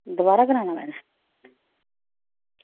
दोआरा कराना